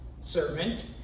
servant